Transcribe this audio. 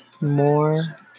more